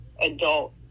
adult